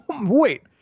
Wait